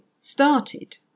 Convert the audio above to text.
started